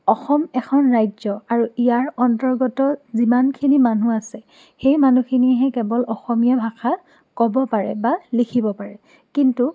অসম এখন ৰাজ্য আৰু ইয়াৰ অন্তৰ্গত যিমানখিনি মানুহ আছে সেই মানুহখিনিয়েহে কেৱল অসমীয়া ভাষা ক'ব পাৰে বা লিখিব পাৰে কিন্তু